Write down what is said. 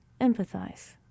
empathize